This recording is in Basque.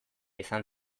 izan